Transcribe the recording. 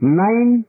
nine